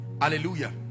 Hallelujah